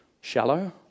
shallow